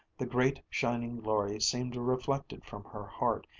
the great shining glory seemed reflected from her heart,